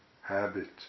habit